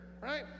right